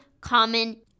common